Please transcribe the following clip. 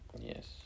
Yes